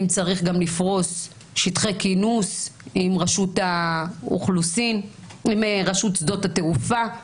אם צריך גם נפרוס שטחי כינוס עם רשות שדות התעופה,